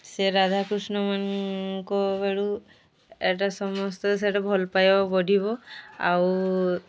ସେ ରାଧାକୃଷ୍ଣମାନଙ୍କ ବେଳୁ ଏଇଟା ସମସ୍ତେ ସେଇଟା ଭଲପାଇବା ବଢ଼ିବ ଆଉ